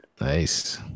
Nice